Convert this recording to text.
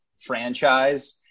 franchise